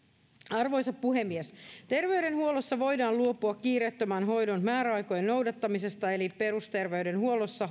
arvoisa puhemies terveydenhuollossa voidaan luopua kiireettömän hoidon määräaikojen noudattamisesta eli perusterveydenhuollossa